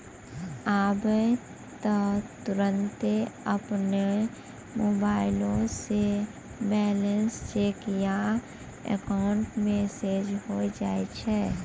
आबै त तुरन्ते अपनो मोबाइलो से बैलेंस चेक या अकाउंट मैनेज होय जाय छै